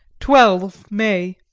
twelve may.